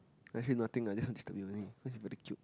actually nothing ah just want to disturb you only cause you very cute